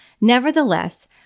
Nevertheless